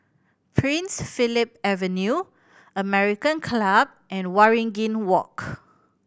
Prince Philip Avenue American Club and Waringin Walk